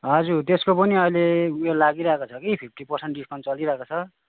हजुर त्यसको पनि अहिले डिसकाउन्ट उयो लागिरहेको छ कि फिफ्टी पर्सन्ट डिसकाउन्ट चलिरहेको छ